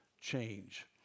change